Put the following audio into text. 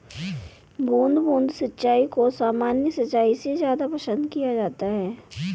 बूंद बूंद सिंचाई को सामान्य सिंचाई से ज़्यादा पसंद किया जाता है